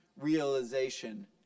realization